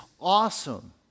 awesome